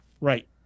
Right